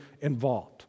involved